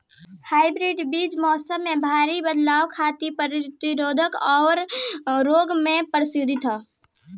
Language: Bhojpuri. हाइब्रिड बीज मौसम में भारी बदलाव खातिर प्रतिरोधी आउर रोग प्रतिरोधी ह